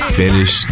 finish